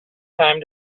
time